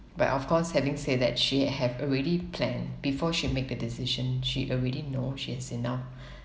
but of course having say that she have already planned before she make the decision she already know she has enough